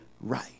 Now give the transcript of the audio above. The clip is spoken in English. right